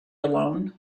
alone